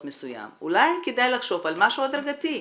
מסוים אולי כדאי לחשוב על משהו הדרגתי,